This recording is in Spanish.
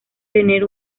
tener